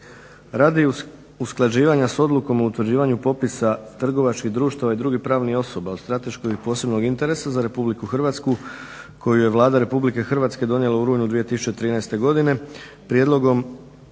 Radi usklađivanja sa odlukom o utvrđivanju popisa trgovačkih društava i drugih pravnih osoba od strateškog i posebnog interesa za Republiku Hrvatsku koju je Vlada Republike Hrvatske donijela u rujnu 2013. godine prijedlogom